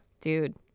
Dude